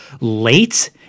late